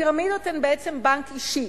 הפירמידות הן בעצם בנק אישי